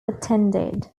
attended